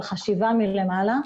על חשיבה מלמעלה.